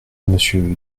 monsieur